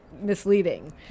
misleading